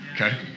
Okay